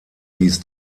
dies